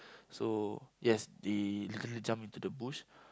so yes they literally jump into the bush